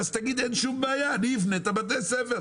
אז תגיד 'אין שום בעיה אני אבנה את בתי הספר'.